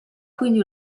quindi